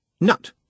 Nut